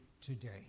today